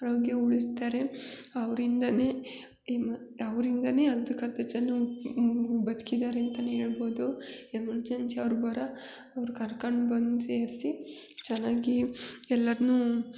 ಆರೋಗ್ಯ ಉಳಿಸ್ತಾರೆ ಅವ್ರಿಂದಲೇ ಇನ್ನು ಅವ್ರಿಂದಲೇ ಅರ್ಧಕ್ಕೆ ಅರ್ಧ ಜನ ಬದ್ಕಿದ್ದಾರೆ ಅಂತಲೇ ಹೇಳ್ಬೋದು ಎಮರ್ಜನ್ಸಿ ಅವ್ರು ಬರ ಅವ್ರು ಕರ್ಕಂಡ್ಬಂದು ಸೇರಿಸಿ ಚೆನ್ನಾಗಿ ಎಲ್ಲರನ್ನೂ